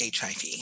HIV